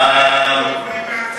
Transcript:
אולי תתייחס